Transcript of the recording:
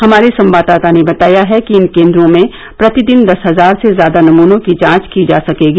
हमारे संवाददाता ने बताया है कि इन केन्द्रों में प्रतिदिन दस हजार से ज्यादा नमूनों की जांच की जा सकेगी